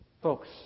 Folks